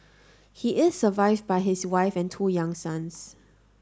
he is survived by his wife and two young sons